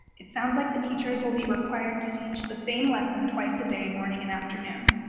it sounds like the teachers will be required to teach the same lesson twice a day, morning and afternoon.